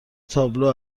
تابلو